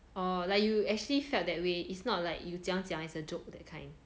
orh like you actually felt that way it's not like you 讲讲 as a joke that kind